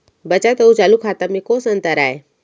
बचत अऊ चालू खाता में कोस अंतर आय?